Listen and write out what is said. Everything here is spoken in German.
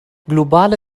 globale